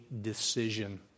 decision